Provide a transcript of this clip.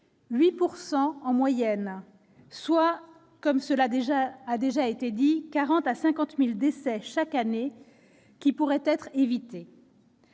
8 % en moyenne ; soit, comme cela a déjà été dit, 40 000 à 50 000 décès chaque année qui pourraient être évités.